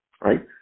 right